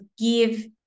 give